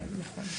נכון.